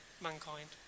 mankind